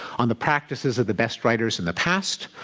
on the practises of the best writers in the past,